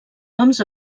noms